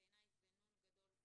בעיני זה נון גדול.